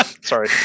Sorry